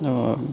ও